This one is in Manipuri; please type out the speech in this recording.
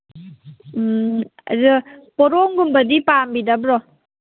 ꯎꯝ ꯑꯗꯨ ꯄꯣꯔꯣꯡꯒꯨꯝꯕꯗꯤ ꯄꯥꯝꯕꯤꯗꯕ꯭ꯔꯣ